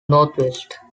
northwest